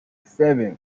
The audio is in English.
seven